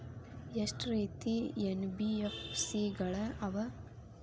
ಎಷ್ಟ ರೇತಿ ಎನ್.ಬಿ.ಎಫ್.ಸಿ ಗಳ ಅವ?